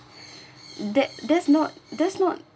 that that's not that's not